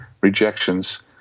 rejections